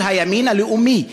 של הימין הלאומי.